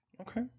Okay